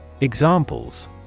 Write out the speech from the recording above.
Examples